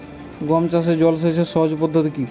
গম চাষে জল সেচের সহজ পদ্ধতি কি?